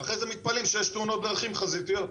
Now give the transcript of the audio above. אחר כך מתפלאים שיש תאונות דרכים חזיתיות.